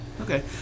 Okay